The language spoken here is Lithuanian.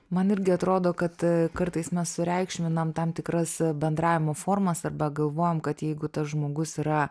man irgi atrodo kad kartais mes sureikšminam tam tikras bendravimo formas arba galvojam kad jeigu tas žmogus yra